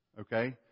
Okay